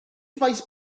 faes